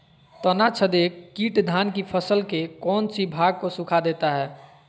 तनाछदेक किट धान की फसल के कौन सी भाग को सुखा देता है?